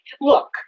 Look